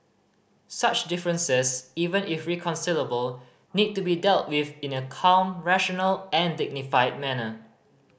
such differences even if irreconcilable need to be dealt with in a calm rational and dignified manner